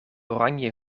oranje